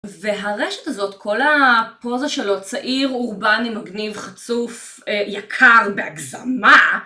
והרשת הזאת, כל הפוזה שלו, צעיר, אורבני, מגניב, חצוף, יקר בהגזמה.